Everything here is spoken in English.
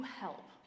help